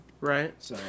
Right